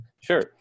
sure